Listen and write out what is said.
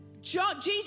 Jesus